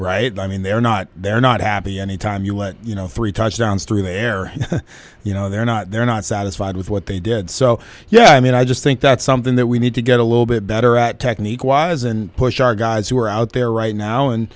now i mean they're not they're not happy any time you let you know three touchdowns through the air you know they're not they're not satisfied with what they did so yeah i mean i just think that's something that we need to get a little bit better at technique wise and push our guys who are out there right now and